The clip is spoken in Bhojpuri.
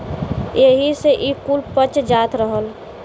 एही से ई कुल पच जात रहल